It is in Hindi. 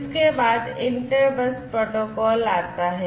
इसके बाद इंटर बस प्रोटोकॉल आता है